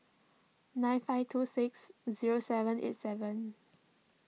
nine five two six zero seven eight seven